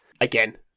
Again